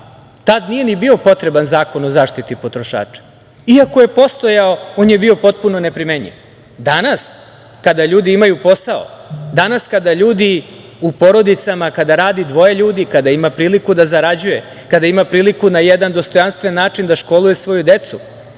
tada nije ni bio potreban Zakon o zaštiti potrošača. I ako je postojao, on je bio potpuno neprimenljiv. Danas kada ljudi imaju posao, danas kada ljudi u porodicama, kada rade dvoje ljudi, kada imaju priliku da zarađuju, kada imaju priliku da na jedna dostojanstven način školuje svoju decu,